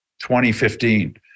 2015